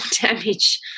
damage